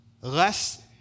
less